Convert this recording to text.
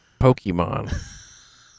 Pokemon